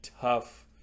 tough